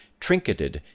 trinketed